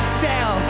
sell